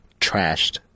trashed